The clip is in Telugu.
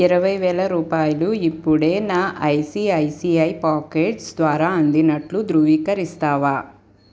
ఇరవై వేల రూపాయలు ఇప్పుడే నా ఐసిఐసిఐ పాకెట్స్ ద్వారా అందినట్లు ధృవీకరిస్తావా